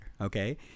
okay